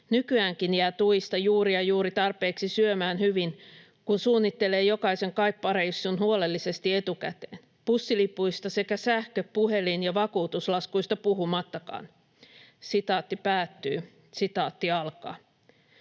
Nykyäänkin jää tuista juuri ja juuri tarpeeksi syömään hyvin, kun suunnittelee jokaisen kauppareissun huolellisesti etukäteen, bussilipuista sekä sähkö-, puhelin- ja vakuutuslaskuista puhumattakaan." "Joutuisin maksamaan